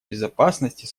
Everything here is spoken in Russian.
безопасности